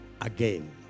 again